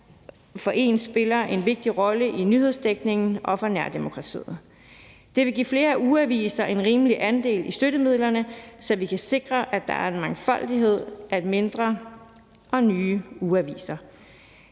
som én spiller en vigtig rolle i nyhedsdækningen og for nærdemokratiet. Det vil give flere ugeaviser en rimelig andel af støttemidlerne, så vi kan sikre, at der er en mangfoldighed af mindre og nye ugeaviser.